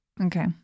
Okay